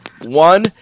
One